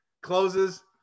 closes